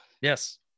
Yes